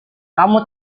kamu